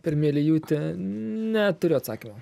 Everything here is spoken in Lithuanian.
per meiliajūtį neturiu atsakymo